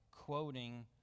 quoting